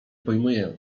pojmuję